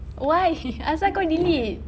why apasal kau delete